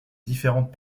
différentes